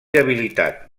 debilitat